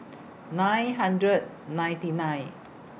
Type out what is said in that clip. nine hundred ninety nine